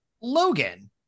Logan